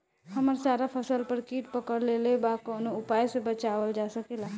हमर सारा फसल पर कीट पकड़ लेले बा कवनो उपाय से बचावल जा सकेला?